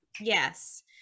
Yes